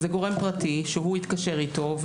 זה גורם פרטי שהוא התקשר איתו.